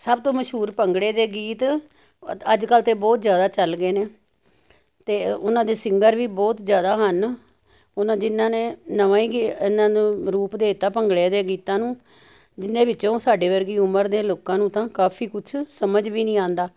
ਸਭ ਤੋਂ ਮਸ਼ਹੂਰ ਭੰਗੜੇ ਦੇ ਗੀਤ ਅੱਜ ਕੱਲ੍ਹ ਤਾਂ ਬਹੁਤ ਜ਼ਿਆਦਾ ਚੱਲਗੇ ਨੇ ਅਤੇ ਉਨ੍ਹਾਂ ਦੇ ਸਿੰਗਰ ਵੀ ਬਹੁਤ ਜ਼ਿਆਦਾ ਹਨ ਓਨਾਂ ਜਿੰਨਾ ਨੇ ਨਵਾਂ ਹੀ ਗੀ ਇਹਨਾਂ ਨੂੰ ਰੂਪ ਦੇ ਤਾਂ ਭੰਗੜੇ ਦੇ ਗੀਤਾਂ ਨੂੰ ਜਿੰਨੇ ਵਿੱਚੋਂ ਸਾਡੇ ਵਰਗੀ ਉਮਰ ਦੇ ਲੋਕਾਂ ਨੂੰ ਤਾਂ ਕਾਫ਼ੀ ਕੁਛ ਸਮਝ ਵੀ ਨਹੀਂ ਆਉਂਦਾ